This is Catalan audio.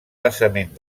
basament